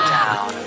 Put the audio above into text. down